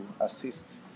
assist